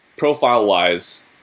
Profile-wise